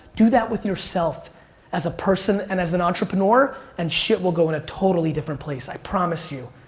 do that with yourself as a person and as an entrepreneur, and shit will go in a totally different place, i promise you.